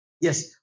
Yes